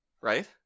Right